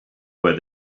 where